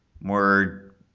more